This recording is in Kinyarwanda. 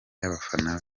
y’abafana